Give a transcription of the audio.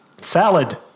Salad